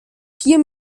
vier